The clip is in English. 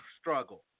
struggle